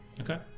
Okay